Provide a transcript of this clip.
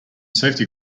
safety